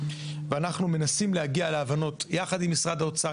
ואנחנו מנסים להגיע להבנות ביחד עם משרד האוצר,